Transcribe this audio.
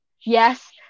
yes